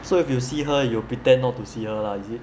so if you see her you'll pretend not to see her lah is it